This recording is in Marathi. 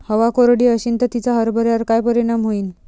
हवा कोरडी अशीन त तिचा हरभऱ्यावर काय परिणाम होईन?